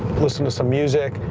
listen to some music.